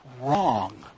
wrong